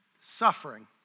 suffering